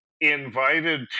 invited